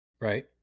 Right